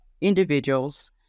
individuals